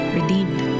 Redeemed